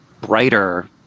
brighter